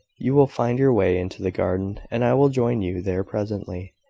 you will find your way into the garden, and i will join you there presently.